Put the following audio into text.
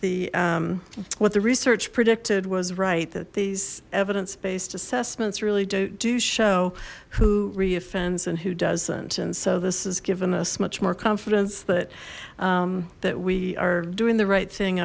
the what the research predicted was right that these evidence based assessments really don't do show riah fens and who doesn't and so this has given us much more confidence that that we are doing the right thing